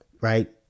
right